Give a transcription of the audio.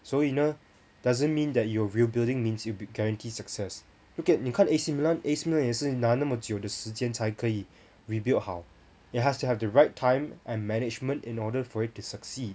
所以呢 doesn't mean that you are rebuilding means you'll be guaranteed success look at 你看 A_C Milan A_C Milan 也是拿那么久的时间才可以 rebuild 好 it has to have the right time and management in order for it to succeed